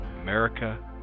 America